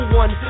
one